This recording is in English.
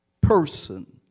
person